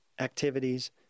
activities